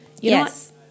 yes